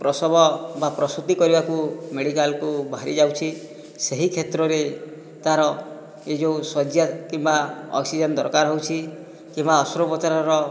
ପ୍ରସବ ବା ପ୍ରସୂତି କରିବାକୁ ମେଡିକାଲକୁ ବାହାରିଯାଉଛି ସେହି କ୍ଷେତ୍ରରେ ତା'ର ଏ ଯେଉଁ ଶଯ୍ୟା କିମ୍ବା ଅକ୍ସିଜେନ ଦରକାର ହେଉଛି କିମ୍ବା ଅସ୍ତ୍ରୋପଚାରର